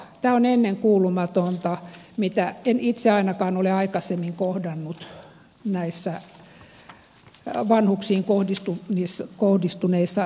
tämä on ennenkuulumatonta mitä en itse ainakaan ole aikaisemmin kohdannut vanhuksiin kohdistuneissa rikoksissa